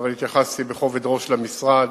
אבל התייחסתי בכובד ראש למשרד.